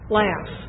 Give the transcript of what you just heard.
laugh